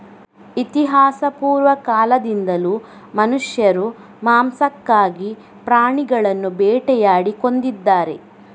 ಇತಿಹಾಸಪೂರ್ವ ಕಾಲದಿಂದಲೂ ಮನುಷ್ಯರು ಮಾಂಸಕ್ಕಾಗಿ ಪ್ರಾಣಿಗಳನ್ನು ಬೇಟೆಯಾಡಿ ಕೊಂದಿದ್ದಾರೆ